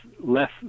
less